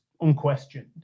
unquestioned